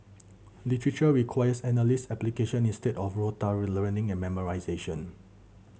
literature requires analysis and application instead of learning and memorisation